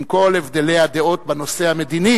עם כל הבדלי הדעות בנושא המדיני